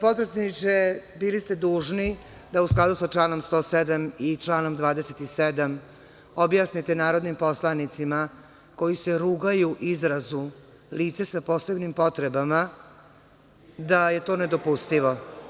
Potpredsedniče, bili ste dužni da, u skladu sa članom 107. i članom 27, objasnite narodnim poslanicima koji se rugaju izrazu „lice sa posebnim potrebama“ da je to nedopustivo.